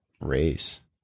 race